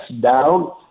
down